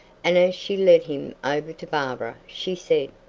and as she led him over to barbara she said,